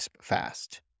fast